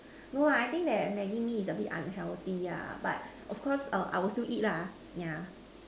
no ah I think that Maggi Mee is a bit unhealthy ah but of course I will still eat lah yeah